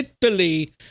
Italy